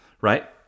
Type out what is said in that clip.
right